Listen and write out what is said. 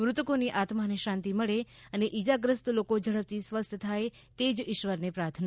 મૃતકોની આત્માને શાંતિ મળે અને ઇજાગ્રસ્ત લોકો ઝડપથી સ્વસ્થ થાય તે જ ઇશ્વરને પ્રાર્થના